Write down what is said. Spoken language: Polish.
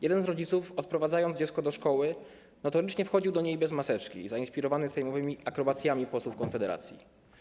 Jeden z rodziców, odprowadzając dziecko do szkoły, notorycznie wchodził do niej bez maseczki zainspirowany sejmowymi akrobacjami posłów Konfederacji.